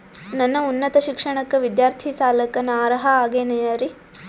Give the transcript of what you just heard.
ನನ್ನ ಉನ್ನತ ಶಿಕ್ಷಣಕ್ಕ ವಿದ್ಯಾರ್ಥಿ ಸಾಲಕ್ಕ ನಾ ಅರ್ಹ ಆಗೇನೇನರಿ?